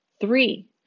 Three